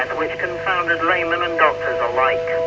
which confounded laymen and doctors alike.